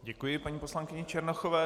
Děkuji paní poslankyni Černochové.